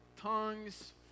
tongues